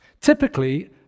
typically